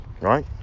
Right